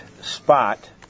spot